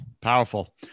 Powerful